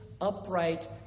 upright